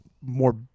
more